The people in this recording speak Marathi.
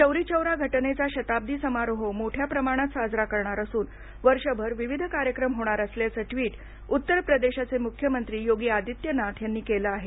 चौरी चौरा घटनेचा शताब्दी समारोह मोठ्या प्रमाणात साजरा करणार असून वर्षभर विविध कार्यक्रम होणार असल्याचं ट्वीट उत्तर प्रदेशाचे मुख्यमंत्री योगी आदित्यनाथ यांनी केलं आहे